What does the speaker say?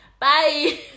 Bye